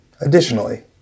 Additionally